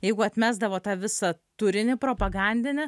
jeigu atmesdavo tą visą turinį propagandinį